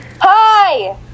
Hi